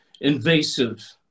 invasive